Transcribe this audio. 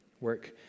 Work